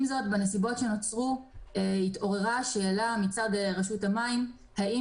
עם זאת בנסיבות שנוצרו התעוררה השאלה מצד רשות המים האם